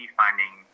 finding